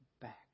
back